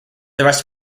rest